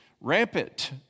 rampant